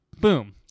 boom